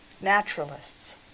naturalists